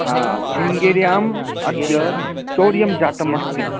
हा शृङ्गेर्याम् अद्य चौर्यं जातमस्ति